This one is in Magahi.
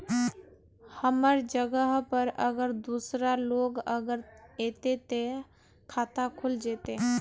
हमर जगह पर अगर दूसरा लोग अगर ऐते ते खाता खुल जते?